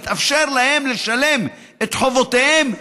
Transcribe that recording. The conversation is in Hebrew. יתאפשר להם לשלם את חובותיהם,